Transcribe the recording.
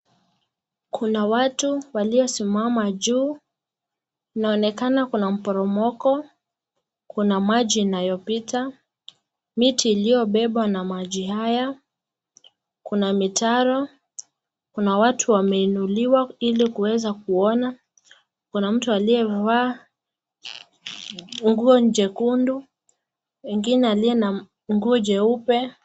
Kuna watu waliosimama juu, inaonekana kuna mporomoko, kuna maji inayopita, miti iliyobebwa na maji haya, kuna mitaro, kuna watu wameinuliwa ili kuweza kuona, kuna mtu aliyevaa nguo nyekundu, mwingine aliye na nguo nyeupe.